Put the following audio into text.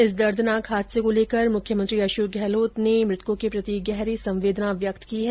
इस दर्दनाक हादसे को लेकर मुख्यमंत्री अशोक गहलोत ने मृतकों के प्रति गहरी संवेदना व्यक्त की है